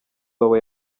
wawe